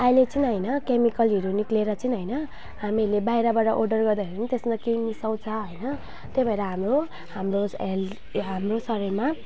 अहिले चाहिँ होइन क्यामिकलहरू निक्लिएर चाहिँ होइन हामीहरूले बाहिरबाट अर्डर गर्दाखेरि पनि त्यसमा केही मिस्साउँछ होइन त्यही भएर हाम्रो हाम्रो हेल्थ हाम्रो शरीरमा